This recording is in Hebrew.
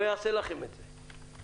לא אעשה לכם את זה.